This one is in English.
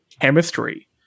chemistry